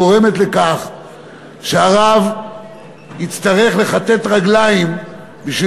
גורמת לכך שהרב יצטרך לכתת רגליים בשביל